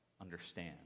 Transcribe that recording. understand